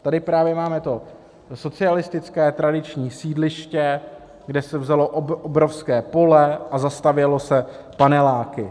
Tady právě máme to socialistické tradiční sídliště, kde se vzalo obrovské pole a zastavělo se paneláky.